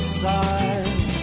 side